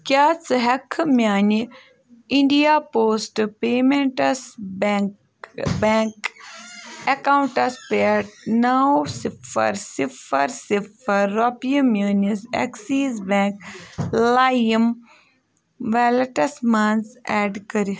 کیٛاہ ژٕ ہٮ۪ککھٕ میٛانہِ India post payments bank bank accounts پٮ۪ٹھ نو صِفر صِفر صِفر رۄپیہٕ میٛٲنِس ایٚکسیٖز بیٚنٛک لایِم ویلیٹَس منٛز ایٚڈ کٔرِتھ